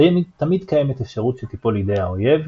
תמיד קיימת אפשרות שתיפול לידי האויב,